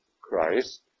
Christ